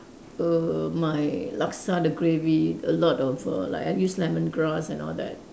err my laksa the gravy a lot of err like I use lemongrass and all that